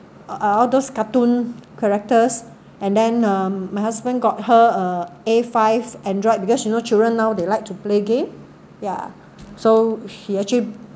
are all those cartoon characters and then um my husband got her a A five Android because you know children now they like to play game ya so she actually